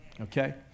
okay